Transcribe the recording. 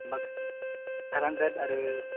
माखासे five hundred आरो